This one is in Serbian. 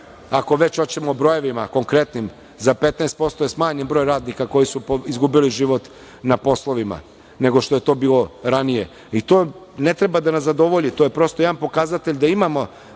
ako već hoćemo o brojevima konkretnim, za 15% je smanjen broj radnika koji su izgubili život na poslovima nego što je to bilo ranije. To ne treba da nas zadovolji, to je prosto jedan pokazatelj da imamo